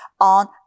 on